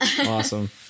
Awesome